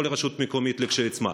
כל רשות מקומית לעצמה,